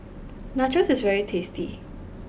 Nachos is very tasty